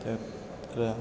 तत्र